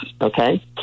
okay